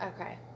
Okay